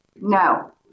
No